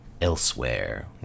elsewhere